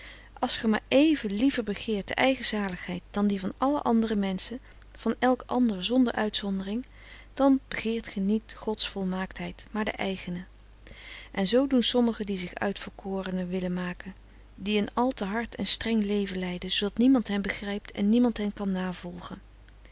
als ge maar éven liever begeert de eigen zaligheid dan die van alle andere menschen van elk ander zonder uitzondering dan begeert ge niet gods volmaaktheid maar de eigene en zoo doen sommigen die zich uitverkorenen willen maken die een al te hard en streng leven leiden zoodat niemand hen begrijpt en niemand hen kan navolgen